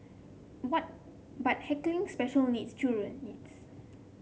what but heckling special needs